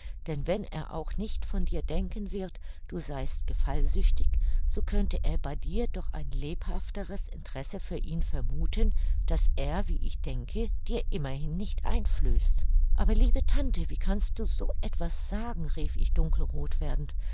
denn wenn er auch nicht von dir denken wird du seist gefallsüchtig so könnte er bei dir doch ein lebhafteres interesse für ihn vermuthen das er wie ich denke dir immerhin nicht einflößt aber liebe tante wie kannst du so etwas nur sagen rief ich dunkelroth werdend